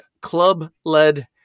club-led